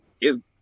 dude